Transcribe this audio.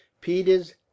Peters